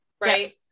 right